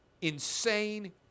insane